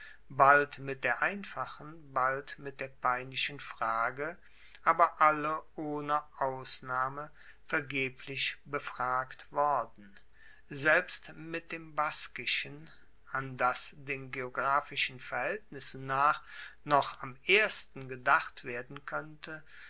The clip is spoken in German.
bald mit der einfachen bald mit der peinlichen frage aber alle ohne ausnahme vergeblich befragt worden selbst mit dem baskischen an das den geographischen verhaeltnissen nach noch am ersten gedacht werden koennte